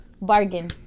bargain